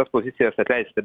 tas pozicijas atleisti